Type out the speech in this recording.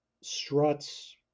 struts